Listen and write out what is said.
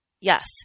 Yes